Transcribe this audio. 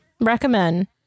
recommend